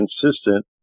consistent